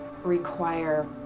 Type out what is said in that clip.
require